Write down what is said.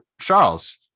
Charles